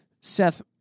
Seth